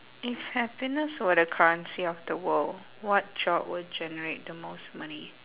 if happiness were the currency of the world what job would generate the most money